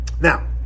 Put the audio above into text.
Now